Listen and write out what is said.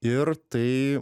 ir tai